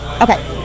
Okay